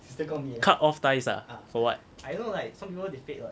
cut off ties ah for what